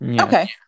Okay